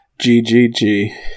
G-G-G